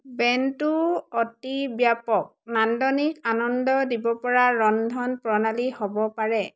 bento অতি ব্যাপক নান্দনিক আনন্দ দিব পৰা ৰন্ধন প্ৰণালী হ'ব পাৰে